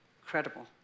Incredible